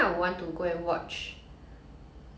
oh ya ya ya orchestra as well